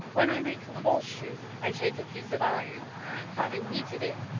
when i make a horseshoe i take a piece of iron and, having heated it,